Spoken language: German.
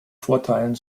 vorteilen